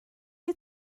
wyt